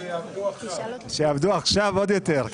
שיעבדו עכשיו עוד יותר.